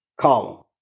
column